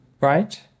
right